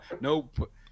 nope